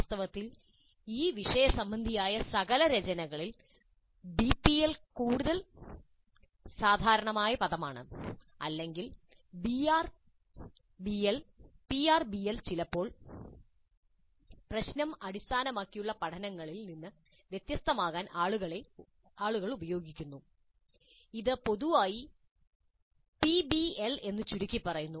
വാസ്തവത്തിൽ ഈ വിഷയസംബന്ധിയായ സകല രചനകളിൽ പിബിഎൽ കൂടുതൽ സാധാരണ പദമാണ് അല്ലെങ്കിൽ പിആർബിഎൽ ചിലപ്പോൾ പ്രശ്നം അടിസ്ഥാനമാക്കിയുള്ള പഠനങ്ങളിൽ നിന്ന് വ്യത്യസ്തമാക്കാൻ ആളുകൾ അത് ഉപയോഗിക്കുന്നു ഇത് പൊതുവായി പിബിഎൽ എന്ന് ചുരുക്കിപ്പറയുന്നു